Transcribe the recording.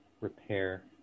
repair